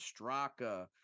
straka